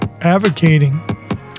advocating